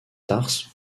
tarse